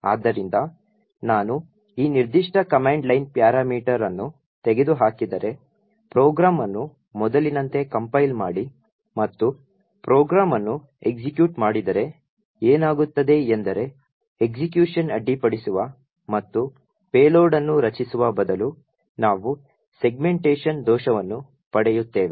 ಆದ್ದರಿಂದ ನಾನು ಈ ನಿರ್ದಿಷ್ಟ ಕಮಾಂಡ್ ಲೈನ್ ಪ್ಯಾರಾಮೀಟರ್ ಅನ್ನು ತೆಗೆದುಹಾಕಿದರೆ ಪ್ರೋಗ್ರಾಂ ಅನ್ನು ಮೊದಲಿನಂತೆ ಕಂಪೈಲ್ ಮಾಡಿ ಮತ್ತು ಪ್ರೋಗ್ರಾಂ ಅನ್ನು ಎಕ್ಸಿಕ್ಯೂಟ್ ಮಾಡಿದರೆ ಏನಾಗುತ್ತದೆ ಎಂದರೆ ಎಸ್ಎಕ್ಯುಷನ್ ಅಡ್ಡಿಪಡಿಸುವ ಮತ್ತು ಪೇಲೋಡ್ ಅನ್ನು ರಚಿಸುವ ಬದಲು ನಾವು ಸೆಗ್ಮೆಂಟೇಶನ್ ದೋಷವನ್ನು ಪಡೆಯುತ್ತೇವೆ